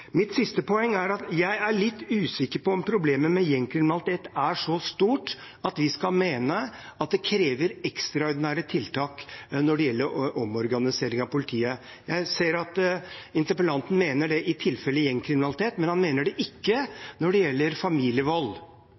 problemet med gjengkriminalitet er så stort at det krever ekstraordinære tiltak når det gjelder omorganisering av politiet. Jeg ser at interpellanten mener det i tilfellet gjengkriminalitet, men han mener det ikke når det gjelder familievold,